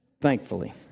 thankfully